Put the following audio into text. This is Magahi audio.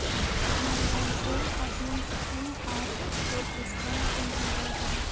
अपना मोबाईल से अपना कियु.आर कोड स्कैन कुंसम करे करूम?